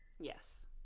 yes